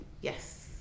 Yes